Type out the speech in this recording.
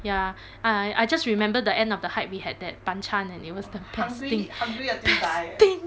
ya I I just remembered at the end of the hike we had that and it was the best thing best thing